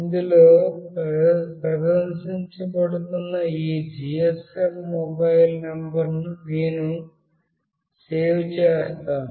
ఇందులో ప్రదర్శించబడుతున్న ఈ GSM మొబైల్ నంబర్ను నేను సేవ్ చేసాను